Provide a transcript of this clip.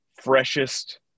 freshest